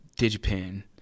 DigiPen